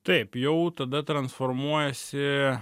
taip jau tada transformuojasi